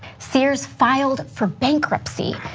sears filed for bankruptcy.